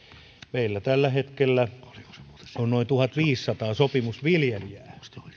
meillä tällä hetkellä on alkutuotannossa noin tuhatviisisataa sopimusviljelijää